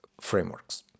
frameworks